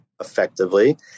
effectively